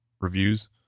reviews